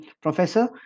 professor